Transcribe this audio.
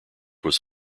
was